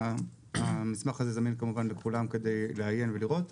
המסמך הזה כמובן זמין לכולם כדי לעיין ולראות.